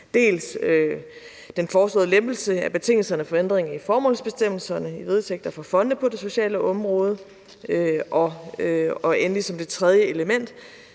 den foreslåede lempelse af betingelserne for ændringen i formålsbestemmelserne i vedtægter for fonde på det sociale område og endelig som det tredje element